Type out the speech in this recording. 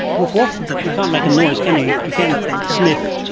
woof, woof. you can't make a noise, can you, you can sniff.